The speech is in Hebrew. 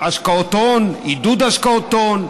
השקעות הון, עידוד השקעות הון,